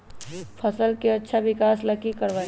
फसल के अच्छा विकास ला की करवाई?